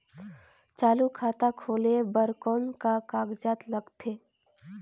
चालू खाता खोले बर कौन का कागजात लगथे?